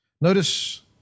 notice